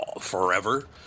forever